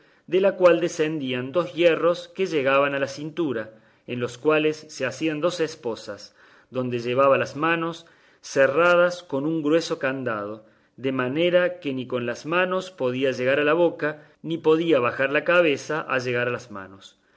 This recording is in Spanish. de la cual decendían dos hierros que llegaban a la cintura en los cuales se asían dos esposas donde llevaba las manos cerradas con un grueso candado de manera que ni con las manos podía llegar a la boca ni podía bajar la cabeza a llegar a las manos